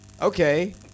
Okay